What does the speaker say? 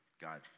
God